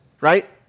right